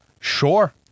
sure